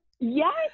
Yes